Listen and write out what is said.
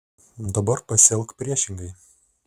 dabar pasielk priešingai